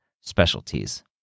specialties